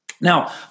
Now